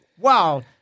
wow